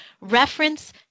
reference